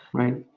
right?